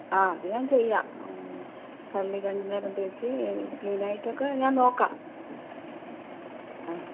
ആ അത് ഞാൻ ചെയ്യാം പല്ല് രണ്ടു നേരം തേച്ച് ക്ലീൻ ആയിട്ടൊക്കെ ഞാൻ നോക്കാം ആ